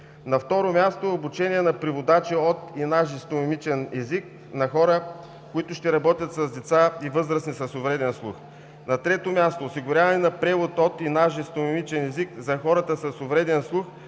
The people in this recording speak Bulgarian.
Второ, обучение на преводачи от и на жестомимичен език на хора, които ще работят с деца и възрастни с увреден слух. Трето, осигуряване на превод от и на жестомимичен език за хората с увреден слух